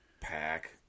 Pack